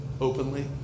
openly